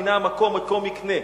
והנה המקום מקום מקנה".